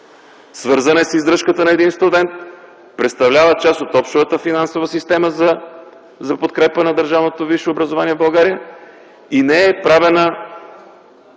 свързана е с издръжката на един студент, представлява част от общата финансова система за подкрепа на държавното